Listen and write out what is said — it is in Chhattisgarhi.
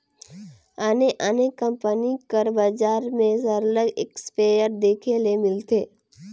आने आने कंपनी कर बजार में सरलग इस्पेयर देखे ले मिलथे